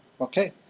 Okay